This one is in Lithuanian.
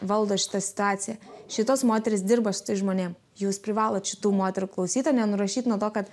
valdo šitą situaciją šitos moterys dirba su tais žmonėm jūs privalot šitų moterų klausyt o ne nurašyt nuo to kad